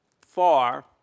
far